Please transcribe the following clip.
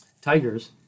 Tigers